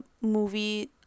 movie